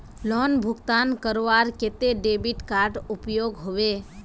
Loan भुगतान करवार केते डेबिट कार्ड उपयोग होबे?